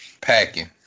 packing